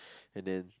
and then